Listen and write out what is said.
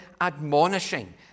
admonishing